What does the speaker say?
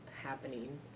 happening